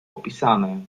opisane